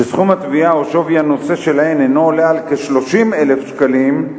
כשסכום התביעה או שווי הנושא שלהן אינו עולה על כ-30,000 שקלים,